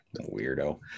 Weirdo